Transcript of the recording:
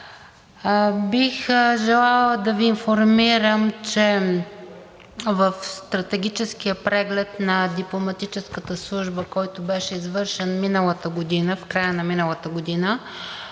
бих желала да Ви информирам, че в стратегическия преглед на дипломатическата служба, който беше извършен в края на миналата година,